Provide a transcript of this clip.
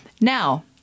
Now